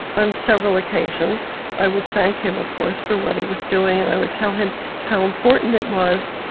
on several occasions. i would thank him of course for what he was doing and i would tell him how important it was,